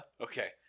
Okay